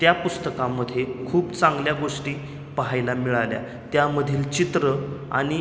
त्या पुस्तकामध्ये खूप चांगल्या गोष्टी पाहायला मिळाल्या त्यामधील चित्रं आणि